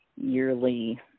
yearly